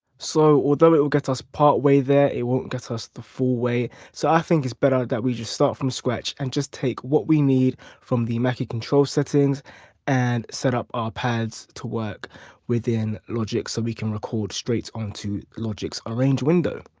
so although it will get us part way there, it won't get us the full way. so i think it's better that we just start from scratch and just take what we need from the mackie control settings and set up our pads to work within logic so we can record straight onto logic's arrange window.